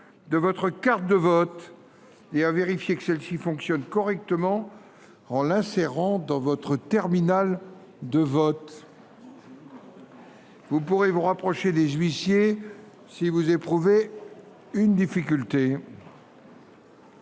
de votre carte de vote et à vérifier que celle ci fonctionne correctement en l’insérant dans votre terminal de vote. Vous pourrez vous rapprocher des huissiers pour toute difficulté.